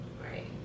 Right